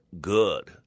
good